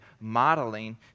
modeling